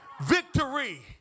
Victory